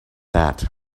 that